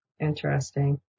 interesting